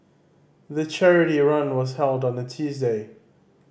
the charity run was held on a Tuesday